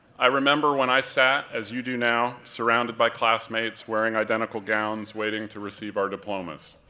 i remember when i sat, as you do now, surrounded by classmates wearing identical gowns waiting to receive our diplomas.